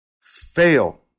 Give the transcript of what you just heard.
fail